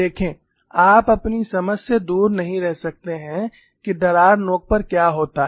देखें आप अपनी समझ से दूर नहीं रह सकते हैं कि दरार नोक पर क्या होता है